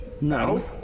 No